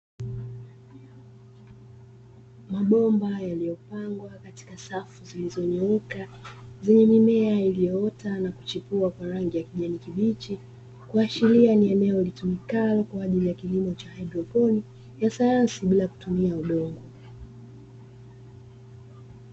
Mabomba yaliyopangwa katika safu zilizonyooka zenye mimea iliyoota na kuchipua kwa rangi ya kijani kibichi, kuashiria ni eneo litumikalo kwajili ya kilimo cha haidroponi ya sayansi bila kutumia udongo.